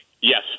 Yes